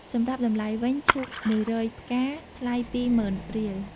សម្រាប់តម្លៃវិញ ឈូក១០០ផ្កា ថ្លៃ២ម៉ឺនរៀល ។